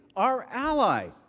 our ally!